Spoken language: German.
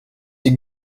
die